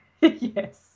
Yes